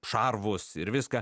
šarvus ir viską